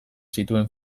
zituen